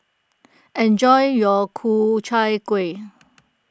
enjoy your Ku Chai Kuih